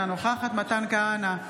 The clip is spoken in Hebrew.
אינה נוכחת מתן כהנא,